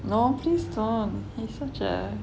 no please don't he's such a